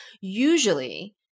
Usually